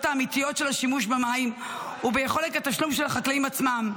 האמיתיות של השימוש במים וביכולת התשלום של החקלאים עצמם.